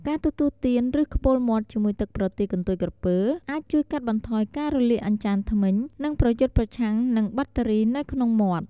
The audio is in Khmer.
ការទទួលទាន ឬខ្ពុរមាត់ជាមួយទឹកប្រទាលកន្ទុយក្រពើ អាចជួយកាត់បន្ថយការរលាកអញ្ចាញធ្មេញ និងប្រយុទ្ធប្រឆាំងនឹងបាក់តេរីនៅក្នុងមាត់។